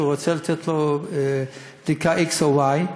שרוצה לתת לו בדיקה x או y,